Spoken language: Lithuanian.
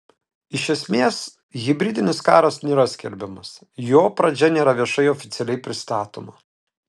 iš esmės hibridinis karas nėra skelbiamas jo pradžia nėra viešai oficialiai pristatoma